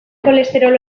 kolesterol